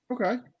Okay